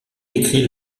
écrit